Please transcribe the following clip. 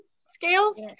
scales